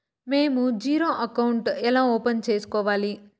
మేము zero account ఎలా open సేసుకోవాలి